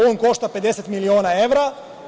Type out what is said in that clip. On košta 50 miliona evra.